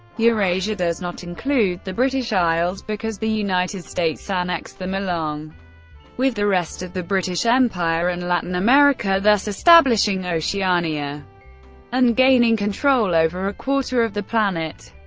eurasia does not include the british isles, because the united states annexed them along with the rest of the british empire and latin america, thus establishing oceania and gaining control over a quarter of the planet.